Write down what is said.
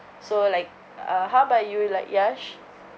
so like uh how about you like Yash